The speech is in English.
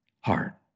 heart